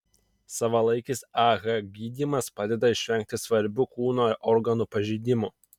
savalaikis ah gydymas padeda išvengti svarbių kūno organų pažeidimų